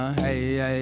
hey